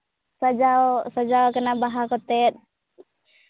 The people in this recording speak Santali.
ᱥᱟᱡᱟᱣ ᱥᱟᱡᱟᱣ ᱠᱟᱱᱟ ᱵᱟᱦᱟ ᱠᱚᱛᱮᱜ